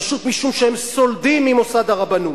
פשוט משום שהם סולדים ממוסד הרבנות.